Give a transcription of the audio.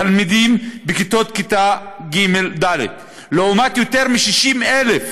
תלמידים בכיתות ג' ד', לעומת יותר מ-60,000